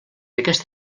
aquesta